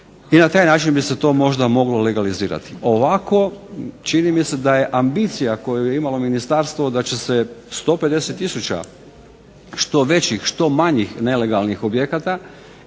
I na taj način bi se to možda moglo legalizirati. Ovako, čini mi se da je ambicija koju je imalo ministarstvo da će se 150000 što većih što manjih nelegalnih objekata